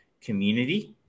community